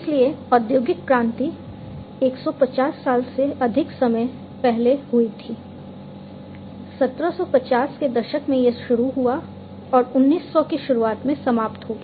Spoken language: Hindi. इसलिए औद्योगिक क्रांति 150 साल से अधिक समय पहले हुई थी 1970 के दशक में यह शुरू हुआ और 1900 की शुरुआत में समाप्त हो गया